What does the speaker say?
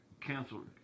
canceled